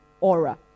aura